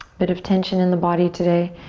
bit of tension in the body today.